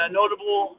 notable